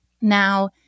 Now